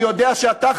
אני יודע שאתה,